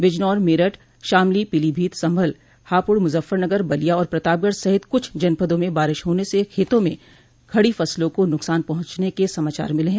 बिजनौर मेरठ शामली पीलीभीत संभल हापुड़ मुजफ्फरनगर बलिया और प्रतापगढ़ सहित कुछ जनपदों में बारिश होने से खेतों में खड़ी फसलों को नुकसान पहुंचने के समाचार मिले हैं